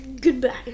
Goodbye